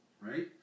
Right